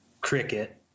cricket